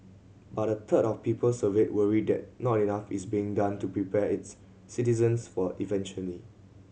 but a third of people surveyed worry that not enough is being done to prepare its citizens for eventually